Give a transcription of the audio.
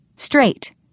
straight